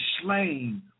slain